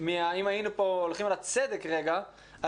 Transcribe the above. אם היינו הולכים על הצדק, הם